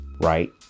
Right